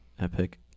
Epic